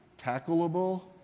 tackleable